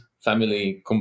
family